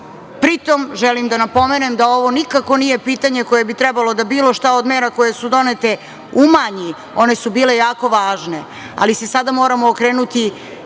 pri tome želim da napomenem da ovo nikako nije pitanje, koje bi trebalo da bilo šta od mera koje su donete, umanji, one su bile jako važne, ali se sada moramo okrenuti